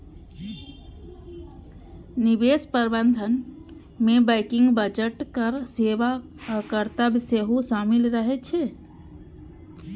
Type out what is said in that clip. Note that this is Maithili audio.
निवेश प्रबंधन मे बैंकिंग, बजट, कर सेवा आ कर्तव्य सेहो शामिल रहे छै